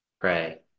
pray